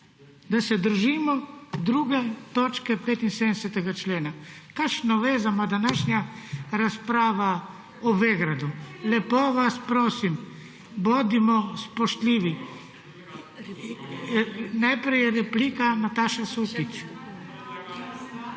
Da se držimo 2. točke 75. člena. Kakšno vezo ima današnja razprava o Vegradu? Lepo vas prosim, bodimo spoštljivi. Najprej je replika, Nataša Sukič.